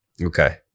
Okay